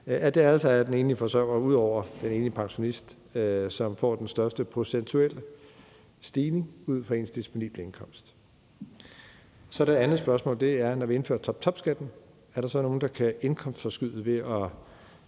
det er den enlige forsørger ud over den enlige pensionist, som får den største procentuelle stigning ud fra ens disponible indkomst. Det andet spørgsmål er, om der, når vi indfører toptopskatten, så er nogen, der kan indkomstforskyde ved at